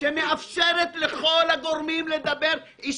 ביקשו ממני להחריג